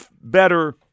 better